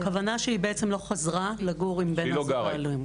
הכוונה היא שהיא לא חזרה לגור עם בן הזוג האלים.